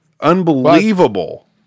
unbelievable